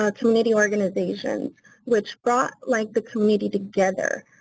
ah community organizations which brought like the community together.